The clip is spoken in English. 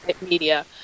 media